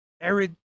arid